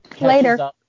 Later